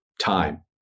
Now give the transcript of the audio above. time